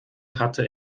hatte